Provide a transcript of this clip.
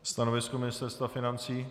Stanovisko Ministerstva financí?